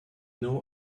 know